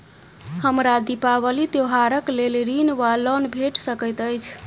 हमरा दिपावली त्योहारक लेल ऋण वा लोन भेट सकैत अछि?